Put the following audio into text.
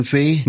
fee